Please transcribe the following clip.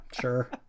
sure